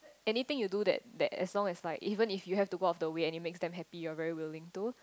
anything you do that that as long as like even if you have go other ways to make them happy are very willing too